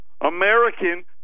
American